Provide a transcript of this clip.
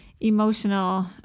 emotional